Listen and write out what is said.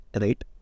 Right